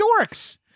dorks